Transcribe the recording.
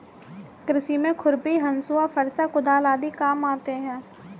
कृषि में खुरपी, हँसुआ, फरसा, कुदाल आदि काम आते है